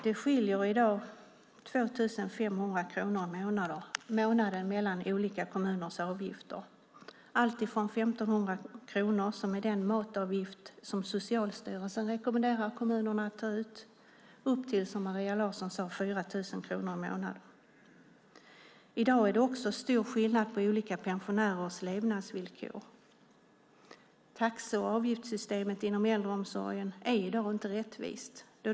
Det skiljer i dag 2 500 kronor i månaden mellan olika kommuners avgifter, alltifrån 1 500 kronor som är den matavgift som Socialstyrelsen rekommenderar kommunerna att ta ut upp till, som Maria Larsson sade, 4 000 kronor i månaden. I dag är det också stor skillnad på olika pensionärers levnadsvillkor. Taxe och avgiftssystemet inom äldreomsorgen är i dag inte rättvist.